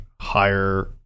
higher